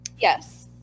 Yes